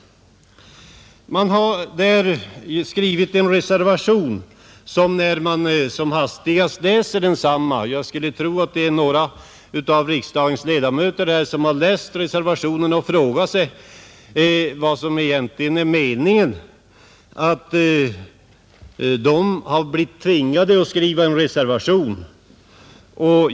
Det har skrivits en reservation som, när man som hastigast läser den, gör att man frågar sig — jag skulle tro att det är några av riksdagens ledamöter som har läst reservationen och ställt sig den frågan — vad som egentligen är meningen och om vederbörande har blivit tvingade att skriva en reservation.